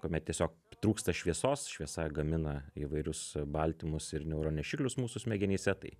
kuomet tiesiog trūksta šviesos šviesa gamina įvairius baltymus ir neuro nešiklius mūsų smegenyse tai